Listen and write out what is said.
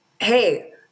hey